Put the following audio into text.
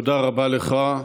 תודה רבה לך.